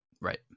right